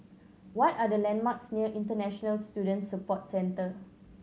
what are the landmarks near International Student Support Center